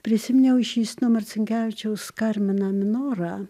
prisiminiau iš justino marcinkevičiaus karmina minora